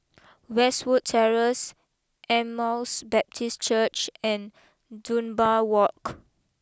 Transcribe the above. Westwood Terrace Emmaus Baptist Church and Dunbar walk